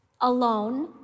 alone